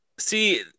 See